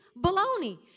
baloney